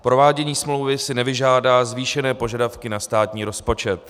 Provádění smlouvy si nevyžádá zvýšené požadavky na státní rozpočet.